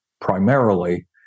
primarily